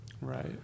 Right